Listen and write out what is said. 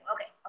Okay